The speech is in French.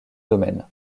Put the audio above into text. domaine